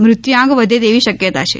મૃત્યુ આક વધે તેવી શક્યતા છે